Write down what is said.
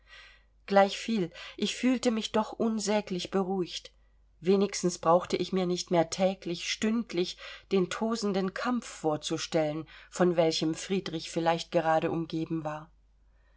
gleichviel ich fühlte mich doch unsäglich beruhigt wenigstens brauchte ich mir nicht mehr täglich stündlich den tosenden kampf vorzustellen von welchem friedrich vielleicht gerade umgeben war